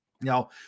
Now